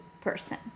person